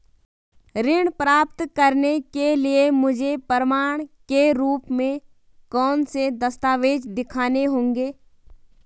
ऋण प्राप्त करने के लिए मुझे प्रमाण के रूप में कौन से दस्तावेज़ दिखाने होंगे?